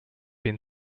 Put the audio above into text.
been